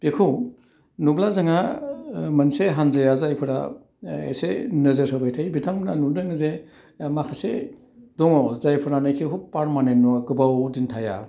बेखौ नुब्ला जोंहा मोनसे हान्जाया जायफ्रा इसे नोजोर होबाय थायो बिथांमोनहा नुदों जे माखासे दङ जायफ्रानाखि हुक फारमानेन नङा गोबाव दिन थाया